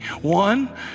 One